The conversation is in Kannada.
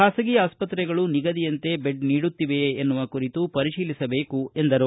ಬಾಸಗಿ ಆಸ್ಪತ್ರೆಗಳು ನಿಗದಿಯಂತೆ ಬೆಡ್ ನೀಡುತ್ತಿವೆಯೇ ಎನ್ನುವ ಕುರಿತು ಪರಿಶೀಲಿಸಿಬೇಕು ಎಂದರು